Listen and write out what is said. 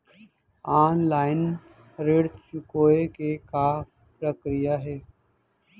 Online ऋण चुकोय के का प्रक्रिया हे?